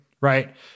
right